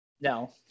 No